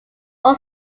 all